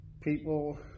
People